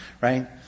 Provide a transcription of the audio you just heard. right